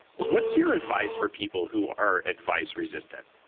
but what's your advice for people who are advice-resistant?